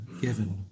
given